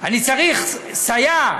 אני צריך סייע,